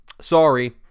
sorry